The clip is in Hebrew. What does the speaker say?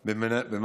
סאלח,